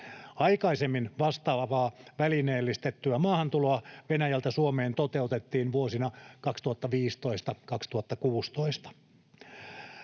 Aikaisemmin vastaavaa välineellistettyä maahantuloa Venäjältä Suomeen toteutettiin vuosina 2015—2016.